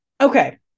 Okay